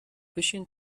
بشین